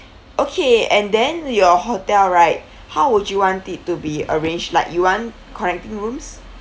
okay and then your hotel right how would you want it to be arranged like you want connecting rooms